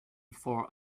for